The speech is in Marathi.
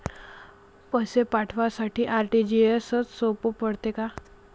पैसे पाठवासाठी आर.टी.जी.एसचं सोप पडते का?